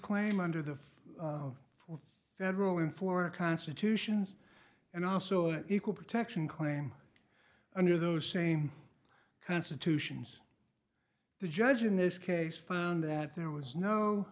claim under the federal in four constitutions and also an equal protection claim under those same constitutions the judge in this case found that there was no